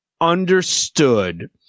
understood